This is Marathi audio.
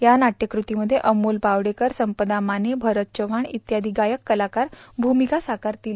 या नाट्यकृतीमध्ये अमोल बावडेकर संपदा माने भरत चव्हाण इत्यादी गायक कलाकार भूमिका साकारतील